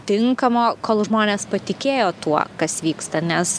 tinkamo kol žmonės patikėjo tuo kas vyksta nes